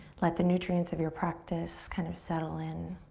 let the nutrients of your practice kind of settle in.